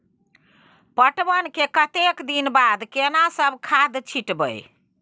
पटवन के कतेक दिन के बाद केना सब खाद छिटबै?